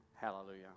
Hallelujah